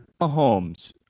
Mahomes